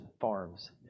Farms